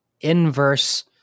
inverse